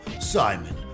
Simon